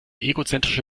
egozentrische